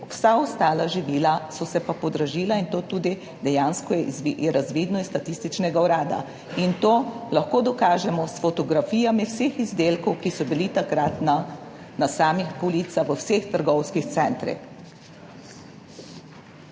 vsa ostala živila pa podražila in to tudi dejansko je razvidno iz Statističnega urada. To lahko dokažemo s fotografijami vseh izdelkov, ki so bili takrat na samih policah v vseh trgovskih centrih.